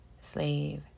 slave